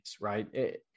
right